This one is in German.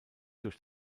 durch